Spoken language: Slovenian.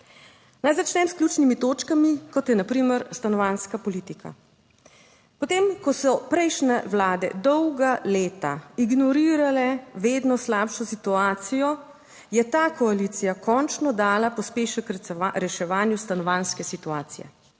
Naj začnem s ključnimi točkami, kot je na primer stanovanjska politika. Potem, ko so prejšnje vlade dolga leta ignorirale vedno slabšo situacijo, je ta koalicija končno dala pospešek reševanju stanovanjske situacije.